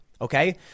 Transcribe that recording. Okay